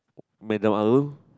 Madam Arul